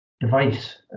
device